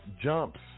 jumps